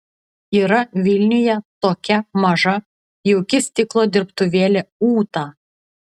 yra vilniuje tokia maža jauki stiklo dirbtuvėlė ūta